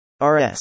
RS